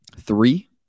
Three